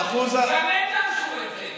גם הם דרשו את זה.